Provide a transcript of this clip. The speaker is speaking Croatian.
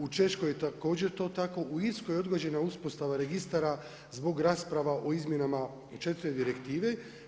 U Češkoj je također to tako, u Irskoj odgođena uspostava registara zbog rasprava o izmjenama 4.-te Direktive.